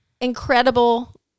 incredible